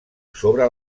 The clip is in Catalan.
sobre